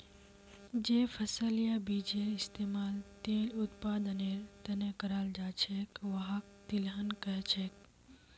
जे फसल या बीजेर इस्तमाल तेल उत्पादनेर त न कराल जा छेक वहाक तिलहन कह छेक